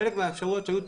חלק מהאפשרויות שהיו,